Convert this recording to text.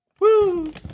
Woo